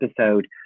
episode